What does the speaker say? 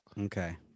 Okay